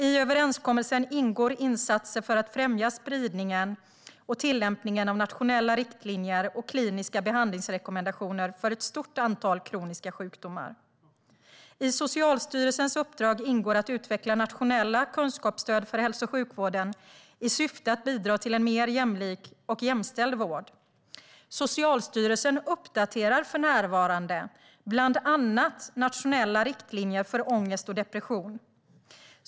I överenskommelsen ingår insatser för att främja spridningen och tillämpningen av nationella riktlinjer och kliniska behandlingsrekommendationer för ett stort antal kroniska sjukdomar. I Socialstyrelsens uppdrag ingår att utveckla nationella kunskapsstöd för hälso och sjukvården i syfte att bidra till en mer jämlik och jämställd vård. Socialstyrelsen uppdaterar för närvarande bland annat nationella riktlinjer för ångest och depression.